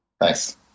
Thanks